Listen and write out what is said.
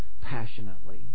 passionately